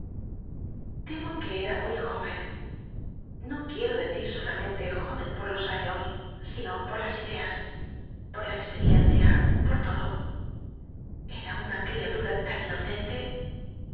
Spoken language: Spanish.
l'emo que era muy jóren no qu iero decir solamen te jóven por los años sino por las ideas pot la experiencia por todo era una crialura tan